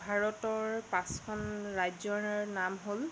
ভাৰতৰ পাঁচখন ৰাজ্যৰ নাম হ'ল